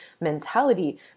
mentality